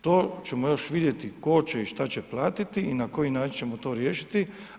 To ćemo još vidjeti tko će i šta će platiti i na koji način ćemo to riješiti.